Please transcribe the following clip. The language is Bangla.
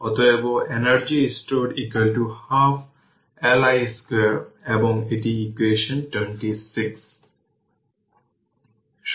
সুতরাং এটি 10 বাই 5 হবে তাই 2 অ্যাম্পিয়ার এবং একই অবস্থায় এটি সিম্পল সিরিজ সার্কিট তাহলে এখানে কিছুই প্রবাহিত হয় না তাই i এবং i L এটি একই